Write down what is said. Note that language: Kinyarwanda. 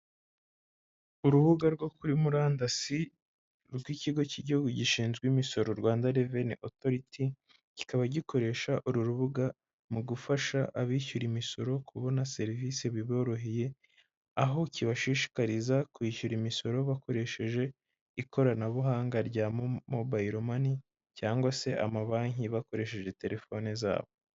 Urubuga rwo kuri murandasi rw'ikigo cy'igihugu gishinzwe imisoro Rwanda Reveni Otoriti, kikaba gikoresha uru rubuga mu gufasha abishyura imisoro kubona serivise biboroheye, aho kibashishikariza kwishyura imisoro bakoresheje ikoranabuhanga rya mobayilo mani cyangwa se amabanki bakoresheje telefone zabo.